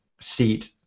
seat